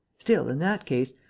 still, in that case,